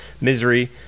Misery